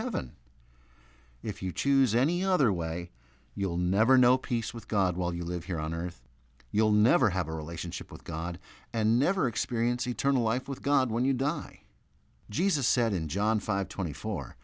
heaven if you choose any other way you'll never know peace with god while you live here on earth you'll never have a relationship with god and never experience eternal life with god when you die jesus said in john five twenty four